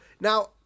Now